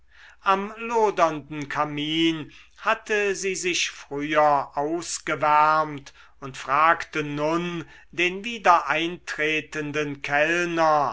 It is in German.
am lodernden kamin hatte sie sich früher ausgewärmt und fragte nun den wieder eintretenden kellner